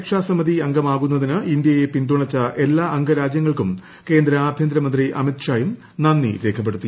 രക്ഷാസമിതി അംഗമാകുന്നതിന് ഇന്ത്യയെ പിന്തുണച്ച എല്ലാ അംഗരാജ്യങ്ങൾക്കും കേന്ദ്ര ആഭ്യന്തരമന്ത്രി അമിത് ഷായും നന്ദി രേഖപ്പെടുത്തി